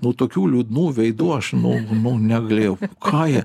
nu tokių liūdnų veidų aš nu nu negalėjau ką jie